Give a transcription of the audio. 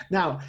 Now